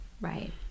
right